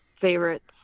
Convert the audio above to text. favorites